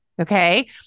Okay